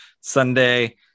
Sunday